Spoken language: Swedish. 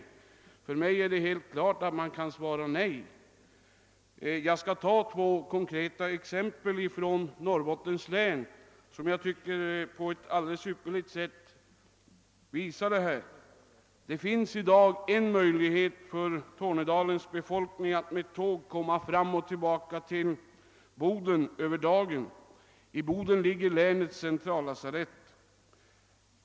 För mig är det helt klart att svaret måste bli nej. Jag skall anföra två konkreta exempel från Norrbottens län som jag tycker på ett ypperligt sätt visar detta. Det finns i dag möjlighet för Tornedalens befolkning att med tåg ta sig till och från Boden på en dag. I Boden ligger länets centrallasarett.